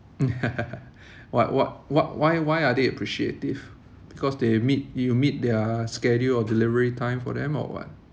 what what what why why are they appreciative because they meet you meet their schedule or delivery time for them or what